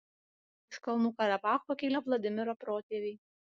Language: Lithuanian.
iš kalnų karabacho kilę vladimiro protėviai